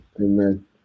Amen